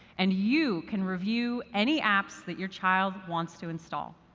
and you can review any apps that your child wants to install.